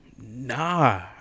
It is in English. Nah